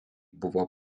buvo